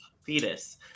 Fetus